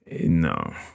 No